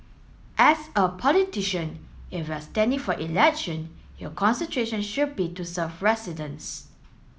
as a politician if you are standing for election your concentration should be to serve residents